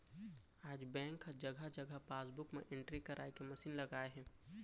आज बेंक ह जघा जघा पासबूक म एंटरी कराए के मसीन लगाए हे